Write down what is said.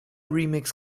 remix